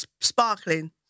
sparkling